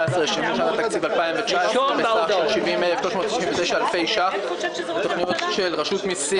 לשימוש שנת התקציב 2019 בסך 70,379 אלפי שקלים של רשות המסים.